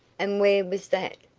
and where was that?